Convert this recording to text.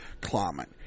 climate